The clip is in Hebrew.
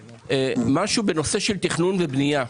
משהו בנושא של תכנון ובנייה.